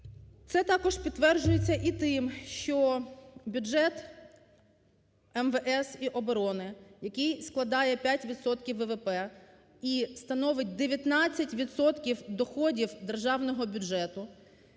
Це також підтверджується і тим, що бюджет МВС і оборони, який складає 5 відсотків ВВП і становить 19 відсотків доходів державного бюджету,